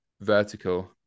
vertical